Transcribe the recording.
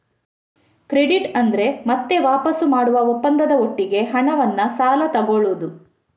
credit ಅಂದ್ರೆ ಮತ್ತೆ ವಾಪಸು ಮಾಡುವ ಒಪ್ಪಂದದ ಒಟ್ಟಿಗೆ ಹಣವನ್ನ ಸಾಲ ತಗೊಳ್ಳುದು